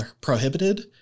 prohibited